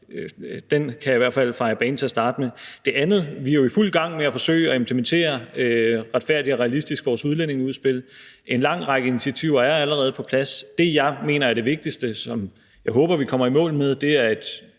den kan jeg i hvert fald feje af banen til at starte med. Til det første: Vi er jo i fuld gang med at forsøge at implementere »Retfærdig og realistisk«, vores udlændingeudspil, en lang række initiativer er allerede på plads, og det, jeg mener er det vigtigste, som jeg håber vi kommer i mål med, er et